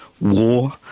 war